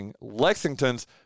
Lexington's